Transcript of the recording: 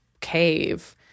cave